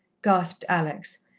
gasped alex,